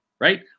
right